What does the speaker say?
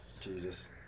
Jesus